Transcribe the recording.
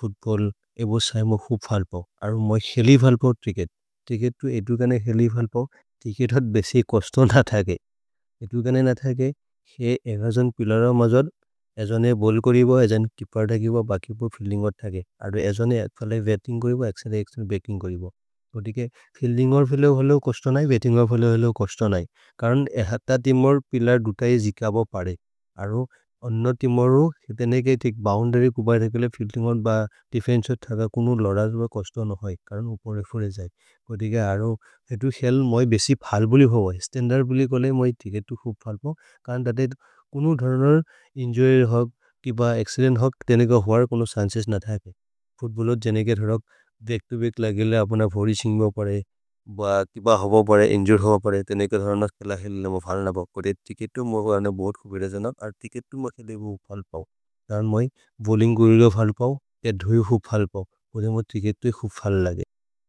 फूत्बल्ल्, एवो सहे मो खुब् फल्पव्। अरु मोइ खेलि फल्पव् च्रिच्केत्, च्रिच्केत् तु एदु कने खेलि फल्पव्, च्रिच्केत् होत् बेसि कोस्तो न थगे। एदु कने न थगे, खे एव जान् पिलरओ मजल्, एज जाने बोव्ल् करिबो। एज जाने तिप्पेर् धगिबो, बकि उपर् फिएल्दिन्ग् और् थगे। अरु एज जाने फलै बत्तिन्ग् करिबो, अक्सदे अक्सदे बत्तिन्ग् करिबो। कोतिके फिएल्दिन्ग् और् फेले होले कोस्तो नहि, बत्तिन्ग् और् फेले होले कोस्तो नहि। करन् एहत तिमुर् पिलर् दुत हि जिकबो परे। अरु अन्न तिमुर् हो, से तेनेके तिक् बोउन्दर्य् कुबर् धेकेले, फिएल्दिन्ग् और् ब। देफेन्से हो थग, कुनु लद होर कोस्तो नहि। करन् उपर् एफोरे जये। कोतिके अरु, एदु खेल्म् मोइ बेसि फल्बुलि हो भै। स्तन्दर्द् बुलि कोले मोइ च्रिच्केत् तु खुब् फल्पव्। करन् तते कुनु धरनर्, इन्जुर्य् होके, कीब अच्चिदेन्त् होके, तेनेके होअर् कोनो छन्चेस् न थगे। फूत्बल्लेर् जनेके धरनक् देख्तु बेक् लगेल, अपन भोरि सिन्ग्ब परे। भ्ह कीब होब परे, इन्जुर्य् होब परे। तेनेके धरनस्कर् लगेल, मोइ फलन भौ। कोति च्रिच्केत् तु, मोइ अन्न बोअर्द् खुबिर जानक्। अर् तिच्केत् तु, मोइ खेले भि फल्पव्। करन् मोइ बोव्लिन्ग् गोरि भौ फल्पव्। हेअद् होइ भि फल्पव्। कोति मोइ तिच्केत् तु हि खुब् फल् लगे।